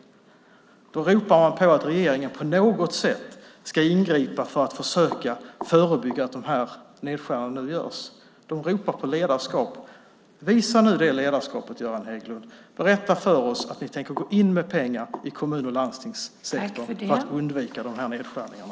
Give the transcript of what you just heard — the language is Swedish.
Man ropar på att regeringen på något sätt ska ingripa för att försöka förebygga och undvika att de här nedskärningarna görs. Man ropar på ledarskap. Visa nu det ledarskapet, Göran Hägglund, och berätta för oss att ni tänker gå in med pengar till kommun och landstingssektorn för att undvika de här nedskärningarna!